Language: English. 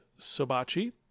Sobachi